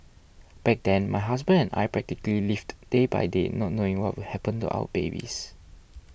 back then my husband and I practically lived day by day not knowing what will happen to our babies